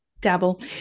dabble